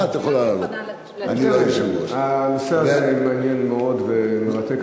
הנושא הזה מעניין מאוד ומרתק.